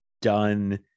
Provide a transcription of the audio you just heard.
done